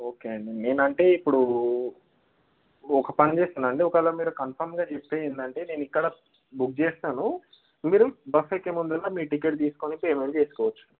okay అండి నేనంటే ఇప్పుడు ఒక పని చేస్తానండి ఒకవేళ మీరు కన్ఫర్మ్గా చెప్తే ఏమిటి అంటే నేను ఇక్కడ బుక్ చేస్తాను మీరు బస్ ఎక్కేముందు మీ టిక్కెట్ తీసుకొని పేమెంట్ చేసుకోవచ్చు